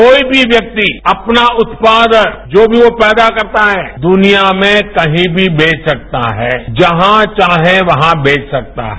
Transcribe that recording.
कोई भी व्यक्ति अपना उत्पादन जो भी वो पैदा करता है दुनिया में कहीं भी बेच सकता है जहां चाहे वहां बेच सकता है